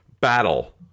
battle